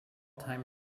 time